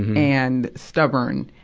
and stubborn,